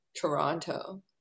Toronto